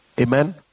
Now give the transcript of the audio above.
Amen